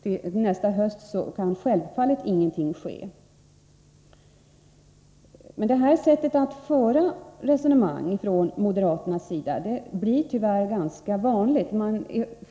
Till nästa höst kan självfallet ingenting ske. Men det här sättet att föra resonemang från moderaternas sida blir tyvärr ganska vanligt.